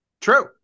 True